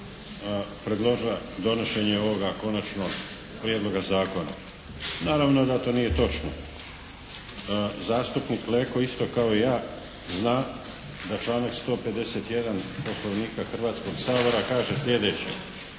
predložila donošenje ovoga konačnog prijedloga zakona. Naravno da to nije točno. Zastupnik Leko isto kao i ja zna da članak 151. Poslovnika Hrvatskog sabora kaže slijedeće: